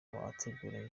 ateguranye